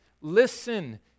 Listen